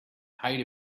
height